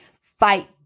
fight